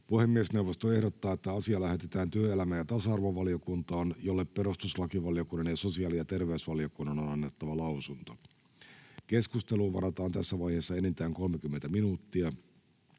Puhemiesneuvosto ehdottaa, että asia lähetetään työelämä- ja tasa-arvovaliokuntaan, jolle perustuslakivaliokunnan ja sosiaali- ja terveysvaliokunnan on annettava lausunto. Keskusteluun varataan tässä vaiheessa enintään 30 minuuttia.